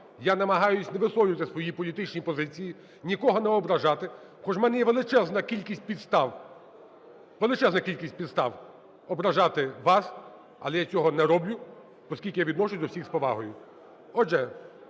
Я намагаюсь не висловлювати свої політичні позиції, нікого не ображати, хоч у мене є величезна кількість підстав, величезна кількість підстав ображати вас, але я цього не роблю, оскільки я відношусь до всіх з повагою.